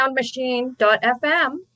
soundmachine.fm